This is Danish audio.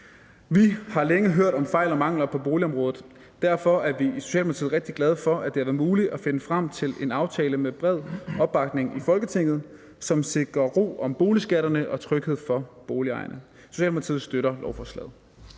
Vi har længe hørt om fejl og mangler på boligområdet. Derfor er vi i Socialdemokratiet rigtig glade for, at det har været muligt at finde frem til en aftale med bred opbakning i Folketinget, som sikrer ro om boligskatterne og tryghed for boligejerne. Socialdemokratiet støtter lovforslaget.